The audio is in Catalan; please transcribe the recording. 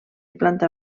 planta